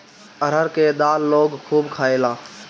अरहर के दाल लोग खूब खायेला